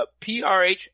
PRH